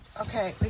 Okay